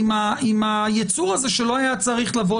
כשאומרים שהיצור הזה לא היה צריך לבוא